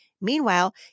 Meanwhile